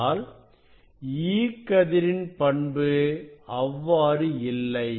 ஆனால் E கதிரின் பண்பு அவ்வாறு இல்லை